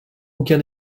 aucun